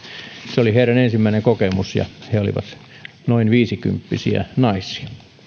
se oli heidän ensimmäinen kokemuksensa siitä ja he olivat noin viisikymppisiä naisia